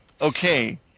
Okay